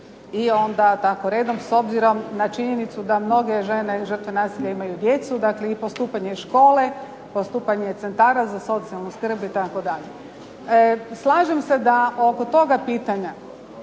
i onda tako redom, s obzirom na činjenicu da mnoge žene žrtve nasilja imaju djecu, dakle i postupanje škole, postupanje centara za socijalnu skrb itd. Slažem se oko toga pitanja